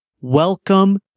welcome